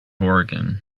oregon